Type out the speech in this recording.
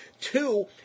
Two